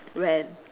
when